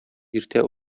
иртә